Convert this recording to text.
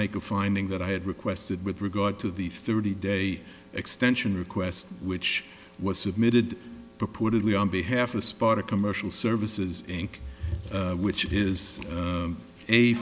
make a finding that i had requested with regard to the thirty day extension request which was submitted purportedly on behalf of sparta commercial services inc which i